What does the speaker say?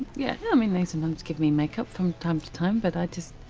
yeah well i mean they sometimes give me makeup from time to time. but i just.